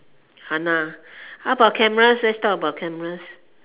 !hanna! how about cameras let's talk about cameras